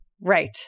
Right